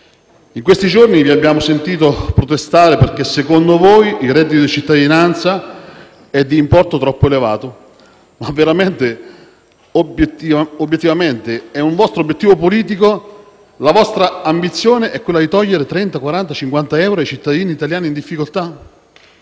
In questi giorni vi abbiamo sentito protestare perché, secondo voi, il reddito di cittadinanza è di importo troppo elevato. Veramente il vostro obiettivo politico, la vostra ambizione è quella di togliere 30, 40 o 50 euro ai cittadini italiani in difficoltà?